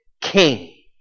King